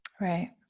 Right